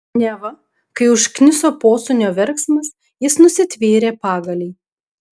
neva kai užkniso posūnio verksmas jis nusitvėrė pagalį